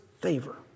favor